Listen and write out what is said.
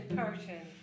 person